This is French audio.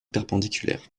perpendiculaires